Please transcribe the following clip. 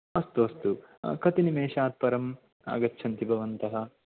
अस्तु अस्तु कति निमिषात्परं आगच्छन्ति भवन्तः